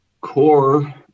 core